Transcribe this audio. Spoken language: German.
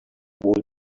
wohl